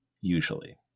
usually